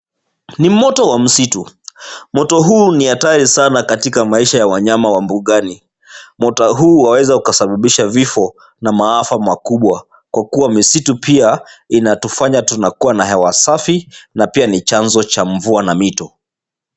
Ni moto wa msitu, moto huu ni hatari sana katika maisha ya wanyama wa mbugani, moto huu huweza ukasababisha vifo na maafa makubwa, kwa kuwa misitu pia inatufanya tunakuwa na hewa safi, na pia ni chanzo cha mvua na mito.